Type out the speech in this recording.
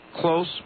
Close